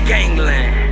Gangland